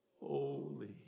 holy